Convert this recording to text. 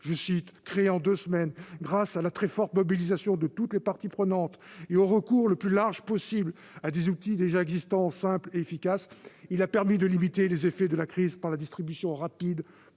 appel :« Créé en deux semaines, grâce à la très forte mobilisation de toutes les parties prenantes et au recours le plus large possible à des outils déjà existants, simples et efficaces, il a permis de limiter les effets de la crise par la distribution rapide,